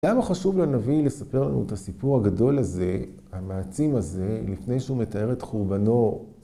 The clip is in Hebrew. למה חשוב לנביא לספר לנו את הסיפור הגדול הזה, המעצים הזה, לפני שהוא מתאר את חורבנו?